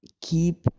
keep